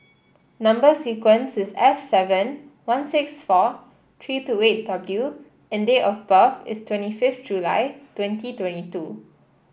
number sequence is S seven one six four three two eight W and date of birth is twenty fifth July twenty twenty two